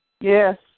Yes